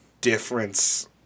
difference